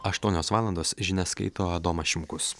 aštuonios valandos žinias skaito adomas šimkus